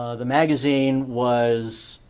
the magazine was